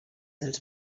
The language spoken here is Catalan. dels